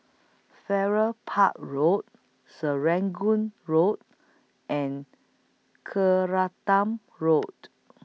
Farrer Park Road Serangoon Road and Road